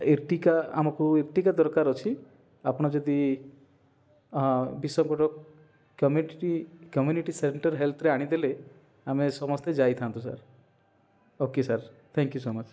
Ertiga ଆମକୁ Ertiga ଦରକାର ଅଛି ଆପଣ ଯଦି କମ୍ୟୁନିଟି ସେଣ୍ଟର୍ ହେଲ୍ଥରେ ଆଣିଦେଲେ ଆମେ ସମସ୍ତେ ଯାଇଥାନ୍ତୁ sir okay sir thank you so much